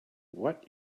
what